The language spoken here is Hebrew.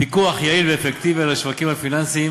פיקוח יעיל ואפקטיבי על השווקים הפיננסיים